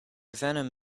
venom